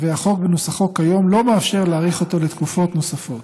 והחוק בנוסחו כיום אינו מאפשר להאריך אותו בתקופות נוספות.